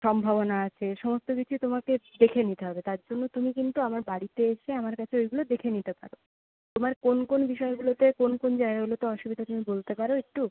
সম্ভাবনা আছে সমস্ত কিছু তোমাকে দেখে নিতে হবে তার জন্য তুমি কিন্তু আমার বাড়িতে এসে আমার কাছে ওইগুলো দেখে নিতে পারো তোমার কোন কোন বিষয়গুলোতে কোন কোন জায়গাগুলোতে অসুবিধা তুমি বলতে পারো একটু